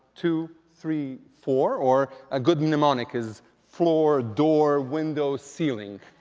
two, three, four. or a good mnemonic is floor, door, window, ceiling.